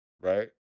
Right